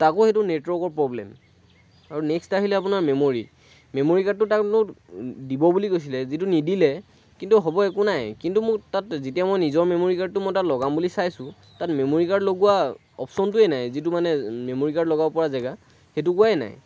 তাকো সেইটো নেটৱৰ্কৰ প্ৰব্লেম আৰু নেক্সট আহিলে আপোনাৰ মেম'ৰী মেম'ৰী কাৰ্ডটো তাৰ লগত দিব বুলি কৈছিলে যিটো নিদিলে কিন্তু হ'ব একো নাই কিন্তু মোক তাত যেতিয়া মই নিজৰ মেম'ৰী কাৰ্ডটো মই তাত লগাম বুলি চাইছোঁ তাত মেম'ৰী কাৰ্ড লগোৱা অপশ্যনটোৱে নাই যিটো মানে মেম'ৰী কাৰ্ড লগাব পৰা জেগা সেই টুকুৰাই নাই